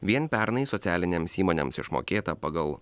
vien pernai socialinėms įmonėms išmokėta pagal